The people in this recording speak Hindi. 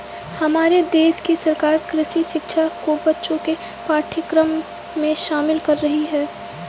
हमारे देश की सरकार कृषि शिक्षा को बच्चों के पाठ्यक्रम में शामिल कर रही है